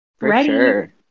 Ready